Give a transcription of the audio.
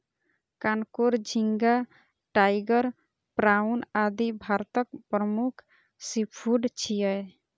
कांकोर, झींगा, tiger prawn, आदि भारतक प्रमुख सीफूड छियै